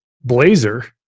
blazer